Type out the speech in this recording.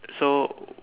so